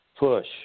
Push